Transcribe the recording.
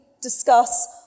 discuss